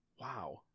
Wow